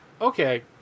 Okay